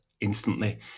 instantly